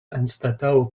anstataŭ